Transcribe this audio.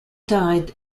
died